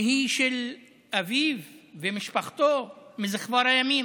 שהיא של אביו ושל משפחתו משכבר הימים.